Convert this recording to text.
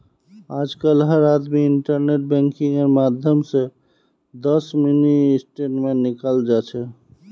आजकल हर आदमी इन्टरनेट बैंकिंगेर माध्यम स दस मिनी स्टेटमेंट निकाल जा छ